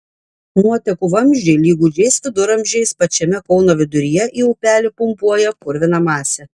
nuotekų vamzdžiai lyg gūdžiais viduramžiais pačiame kauno viduryje į upelį pumpuoja purviną masę